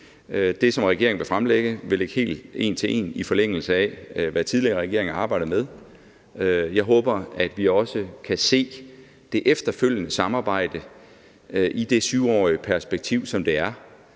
Det, som regeringen vil fremlægge, vil ligge helt en til en i forlængelse af, hvad tidligere regeringer har arbejdet med. Jeg håber, at vi også kan se det efterfølgende samarbejde i det 7-årige perspektiv, som det er,